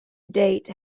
date